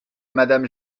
madame